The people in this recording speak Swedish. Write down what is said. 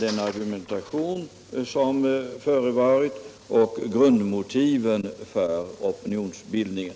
den argumentation som förevarit och grundmotiven för opinionsbildningen.